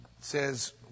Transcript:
says